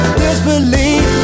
disbelief